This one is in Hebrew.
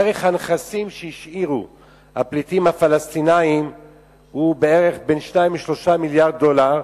ערך הנכסים שהשאירו הפליטים הפלסטינים הוא בין 2 ל-3 מיליארדי דולרים,